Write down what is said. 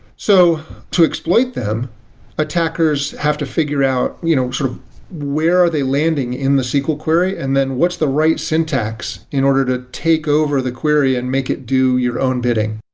so to exploit them attackers have to figure out you know sort of where are they landing in the sql query and then what's the right syntax in order to take over the query and make it do your own bidding?